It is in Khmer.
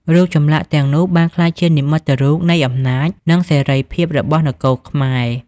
រូបចម្លាក់ទាំងនោះបានក្លាយជានិមិត្តរូបនៃអំណាច និងសិរីភាពរបស់នគរខ្មែរ។